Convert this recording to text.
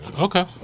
Okay